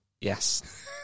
Yes